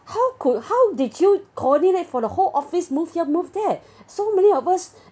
how could how did you coordinate for the whole office move here move that so many of us